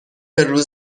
روز